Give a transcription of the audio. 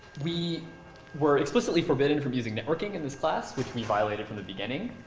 we were explicitly forbidden from using networking in this class, which we violated from the beginning.